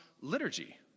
liturgy